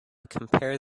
compare